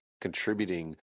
contributing